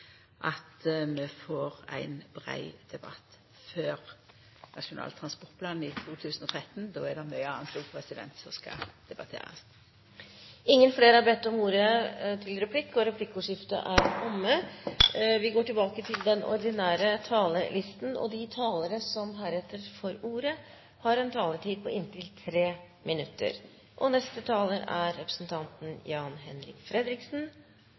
at vi får ein brei debatt før Nasjonal transportplan i 2013. Då er det òg mykje anna som skal debatterast. Replikkordskiftet er omme. De talere som heretter får ordet, har en taletid på inntil 3 minutter. Dette forslaget er